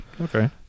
Okay